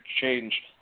change